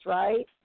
right